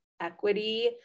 equity